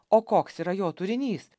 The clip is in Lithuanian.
o koks yra jo turinys